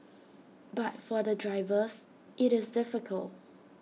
but for the drivers IT is difficult